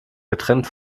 getrennt